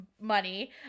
money